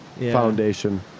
Foundation